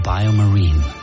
Biomarine